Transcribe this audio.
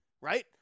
right